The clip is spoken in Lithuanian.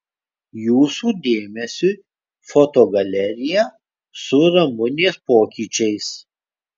jūsų dėmesiui foto galerija su ramunės pokyčiais